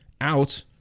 out